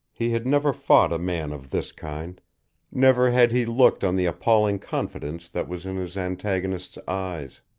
he had never fought a man of this kind never had he looked on the appalling confidence that was in his antagonist's eyes.